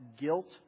guilt